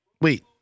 Wait